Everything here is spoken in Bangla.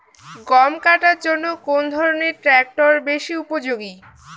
গম কাটার জন্য কোন ধরণের ট্রাক্টর বেশি উপযোগী?